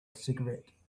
cigarette